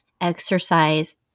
exercise